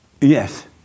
Yes